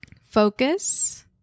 focus